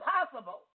impossible